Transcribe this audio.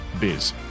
biz